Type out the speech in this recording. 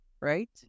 right